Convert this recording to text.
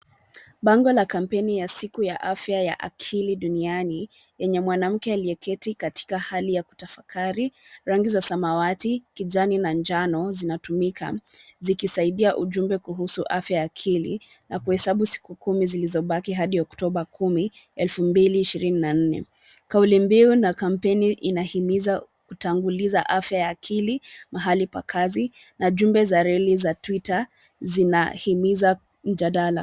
Bango la kampeni ya siku ya afya ya akili duniani yenye mwanamke akiyeketi katika hali ya kutafakari. Rangi za samawati, kijani na njano zinatumika zikisaidia ujumbe kuhusu afya ya akili na kuhesabu siku kumi zilizobaki hadi Oktoba kumi, elfu mbili ishirini na nne. Kauli mbio na kampeni inahimiza kutanguliza afya ya akili mahali pa kazi na jumbe za reli za Twitter zinahimiza mjadala.